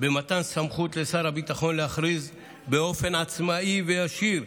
למתן סמכות לשר הביטחון להכריז באופן עצמאי וישיר